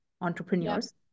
entrepreneurs